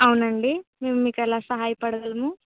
అవునండి మేము మీకు ఎలా సహాయపడగలము